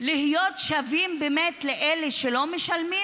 להיות שווים באמת לאלו שלא משלמים?